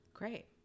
Great